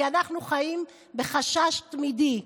אנחנו חיים בחשש תמידי.